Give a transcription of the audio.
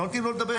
לא נותנים לו לדבר.